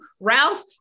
Ralph